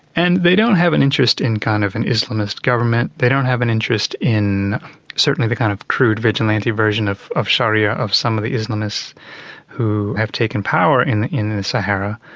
and they don't have an interest in kind of an islamist government, they don't have an interest in certainly the kind of crude vigilante version of of sharia of some of the islamists who have taken power in in the sahara.